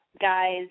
guys